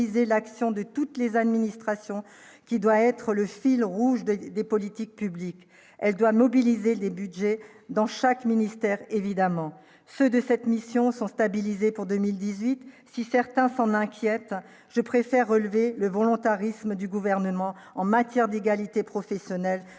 l'action de toutes les administrations, qui doit être le fil rouge de des politiques publiques, elle doit mobiliser les Budgets dans chaque ministère, évidemment ce de cette mission sont stabilisées pour 2018, si certains s'en inquiètent, je préfère relever le volontarisme du gouvernement en matière d'égalité professionnelle